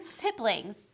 siblings